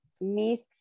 meet